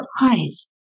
eyes